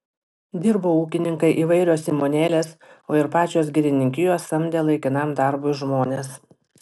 dirbo ūkininkai įvairios įmonėlės o ir pačios girininkijos samdė laikinam darbui žmones